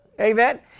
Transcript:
Amen